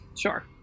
Sure